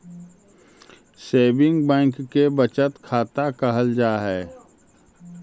saving bank के बचत खाता कहल जा हइ